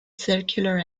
circular